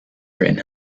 written